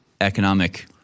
economic